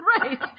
right